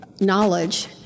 knowledge